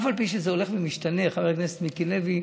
אף על פי שזה הולך ומשתנה, חבר הכנסת מיקי לוי.